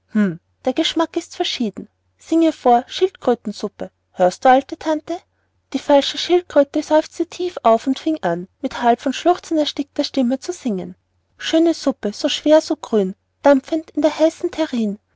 der geschmack ist verschieden singe ihr vor schildkrötensuppe hörst du alte tante die falsche schildkröte seufzte tief auf und fing an mit halb von schluchzen erstickter stimme so zu singen schöne suppe so schwer und so grün dampfend in der heißen terrin